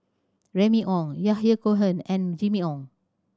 Remy Ong Yahya Cohen and Jimmy Ong